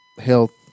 Health